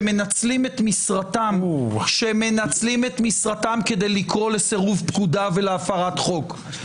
שמנצלים את משרתם כדי לקרוא לסירוב פקודה ולהפרת חוק.